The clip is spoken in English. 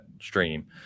stream